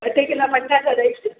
ॿ टे किलो पटाटा ॾेई छॾियो